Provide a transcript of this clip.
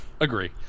agree